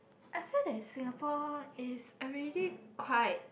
I feel that Singapore is already quite